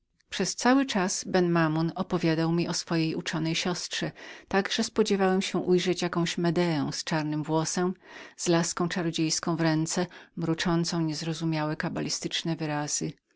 przez cały czas ben mamoun opowiadał mi o swojej siostrze tak że spodziewałem się ujrzeć jakąś medeę z czarnym włosem z laską czarodziejską w ręce mruczącą niezrozumiałe kabalistyczne wyrazy